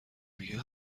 میگه